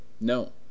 No